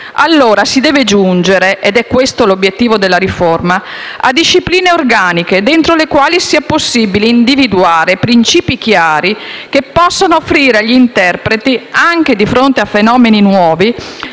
allora giungere - ed è questo l'obiettivo della riforma - a discipline organiche, entro le quali sia possibile individuare principi chiari, che possano offrire agli interpreti, anche di fronte a fenomeni nuovi,